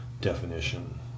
definition